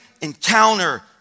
encounter